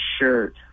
shirt